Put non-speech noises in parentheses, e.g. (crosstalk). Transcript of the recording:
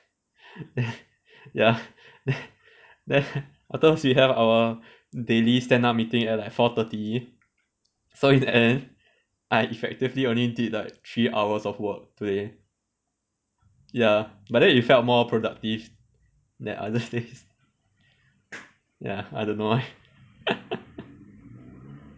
(breath) ya (breath) then although we have our daily stand up meeting at like four thirty so in the end I effectively only did like three hours of work today ya but then it felt more productive than other days ya I don't know why (laughs)